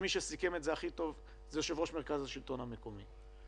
הכי טוב היה יושב-ראש מרכז השלטון המקומי.